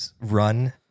Run